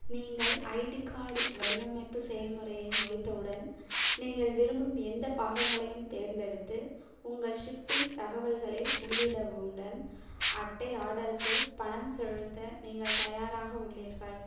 நீங்கள் ID card வடிவமைப்பு செயல்முறையை முடித்தவுடன் நீங்கள் விரும்பும் எந்த பாகங்களையும் தேர்ந்தெடுத்து உங்கள் ஷிப்பிங் தகவல்களை உள்ளிடவுடன் அட்டை ஆர்டருக்கு பணம் செலுத்த நீங்கள் தயாராக உள்ளீர்கள்